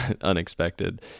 unexpected